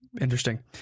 Interesting